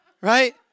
right